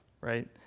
right